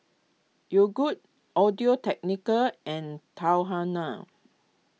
Yogood Audio Technica and Tahuna